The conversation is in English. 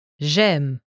J'aime